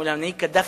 מול המנהיג קדאפי,